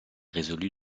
résolu